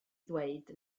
ddweud